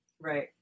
Right